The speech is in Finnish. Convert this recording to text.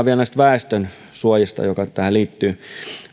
vielä näistä väestönsuojista muutama sana mitä tähän liittyy